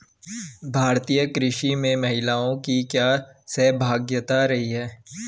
भारतीय कृषि में महिलाओं की क्या सहभागिता रही है?